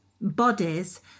bodies